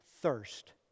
thirst